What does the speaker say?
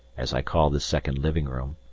as i call the second living-room,